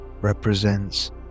represents